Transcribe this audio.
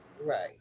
Right